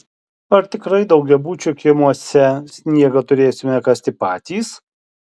ar tikrai daugiabučių kiemuose sniegą turėsime kasti patys